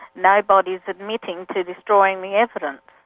nobody's admitting to destroying the evidence.